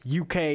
UK